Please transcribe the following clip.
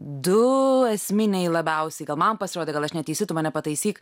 du esminiai labiausiai man pasirodė gal aš neteisi tu mane pataisyk